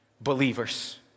believers